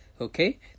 okay